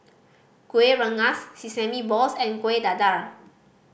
Kuih Rengas sesame balls and Kueh Dadar